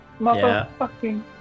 Motherfucking